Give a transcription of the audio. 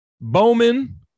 Bowman